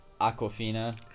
Aquafina